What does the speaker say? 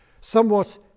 somewhat